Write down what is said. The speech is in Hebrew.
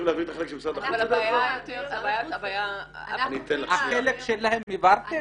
הבעיה היותר -- החלק שלהם העברתם?